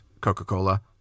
coca-cola